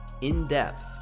in-depth